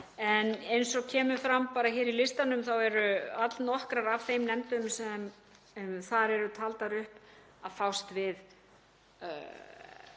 En eins og kemur fram hér í listanum eru allnokkrar af þeim nefndum sem þar eru taldar upp fyrst og